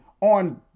on